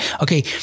Okay